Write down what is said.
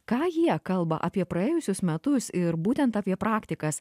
ką jie kalba apie praėjusius metus ir būtent apie praktikas